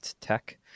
Tech